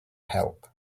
help